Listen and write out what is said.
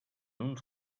uns